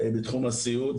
בתחום הסיעוד,